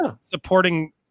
supporting